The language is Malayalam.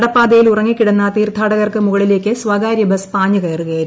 നടപ്പാതയിൽ ഉറങ്ങിക്കിടന്ന തീർത്ഥാടകർക്കു മുകളിലേക്ക് സ്വകാരൃ ബസ് പാഞ്ഞുകയ്റുക്യായിരുന്നു